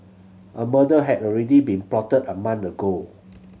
a murder had already been plotted a month ago